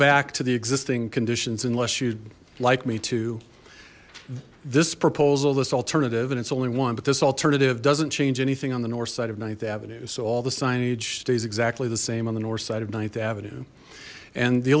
back to the existing conditions unless you'd like me to this proposal this alternative and it's only one but this alternative doesn't change anything on the north side of ninth avenue so all the signage stays exactly the same on the north side of ninth avenue and the